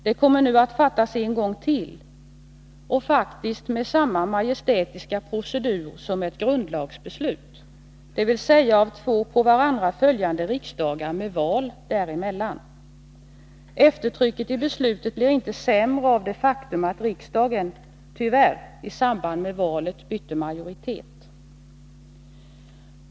Det kommer nu att fattas en gång till och faktiskt med samma majestätiska procedur som ett grundlagsbeslut, dvs. av två på varandra följande riksdagar med val däremellan. Eftertrycket i beslutet blir inte sämre av det faktum att riksdagen, tyvärr, i samband med valet bytte majoritet.